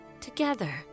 together